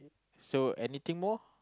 so anything more